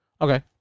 Okay